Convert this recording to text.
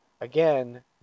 Again